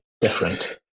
different